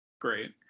Great